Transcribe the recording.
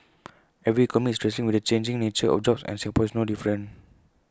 every economy is wrestling with the changing nature of jobs and Singapore is no different